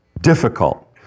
difficult